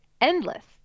endless